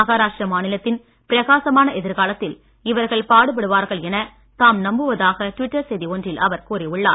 மாஹராஷ்டிரா மாநிலத்தின் பிரகாசமான எதிர்க்காலத்திற்கு இவர்கள் பாடுப்படுவார்கள் என தாம் நம்புவதாக டிவிட்டர் செய்தி ஒன்றில் அவர் கூறியுள்ளார்